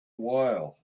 while